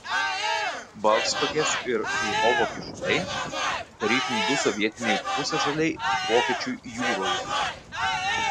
baltstogės ir lvovo kyšuliai tarytum du sovietiniai pusiasaliai vokiečių jūroje